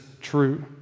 true